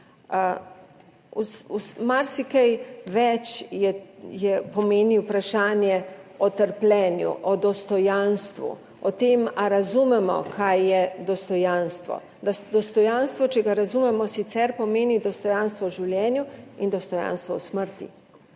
Marsikaj več pomeni vprašanje o trpljenju, o dostojanstvu, o tem ali razumemo kaj je dostojanstvo, da dostojanstvo, če ga razumemo, sicer pomeni dostojanstvo v življenju in dostojanstvo v smrti,